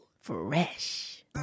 Fresh